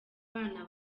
bana